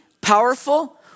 powerful